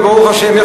וברוך השם,